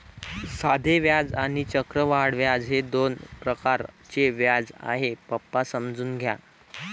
साधे व्याज आणि चक्रवाढ व्याज हे दोन प्रकारचे व्याज आहे, पप्पा समजून घ्या